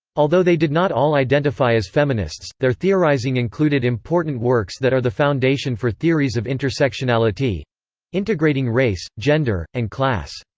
although they did not all identify as feminists, their theorizing included important works that are the foundation for theories of intersectionality integrating race, gender, and class.